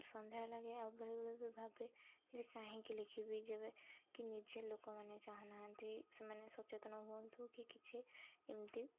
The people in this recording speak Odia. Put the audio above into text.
ସନ୍ଦେହ ଲାଗେ ଆଉ ବେଳେବେଳେ ବି ଭାବେ ଯେ କାହିଁକି ଲେଖିବି ଯେବେ କି ନିଜେ ଲୋକମାନେ ଚାହୁଁନାହାନ୍ତି ସେମାନେ ସଚେତନ ହୁଅନ୍ତୁ କି କିଛି ଏମିତି